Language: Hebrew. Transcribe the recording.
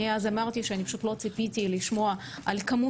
אני אמרתי אז שלא ציפיתי לשמוע על מספר